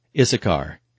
Issachar